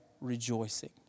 rejoicing